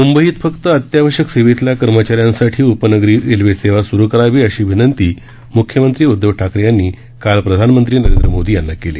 मंबईत फक्त अत्यावश्यक सेवेतल्या कर्मचाऱ्यांसाठी उपनगरीय सेवा सुरु करावी अशी विनंती मुख्यमंत्री उदधव ठाकरे यांनी काल प्रधानमंत्री नरेंद्र मोदी यांना केली